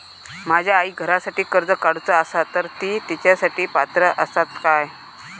माझ्या आईक घरासाठी कर्ज काढूचा असा तर ती तेच्यासाठी पात्र असात काय?